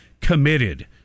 committed